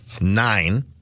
nine